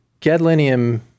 gadolinium